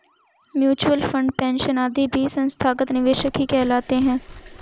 mutual fund, pension आदि भी संस्थागत निवेशक ही कहलाते हैं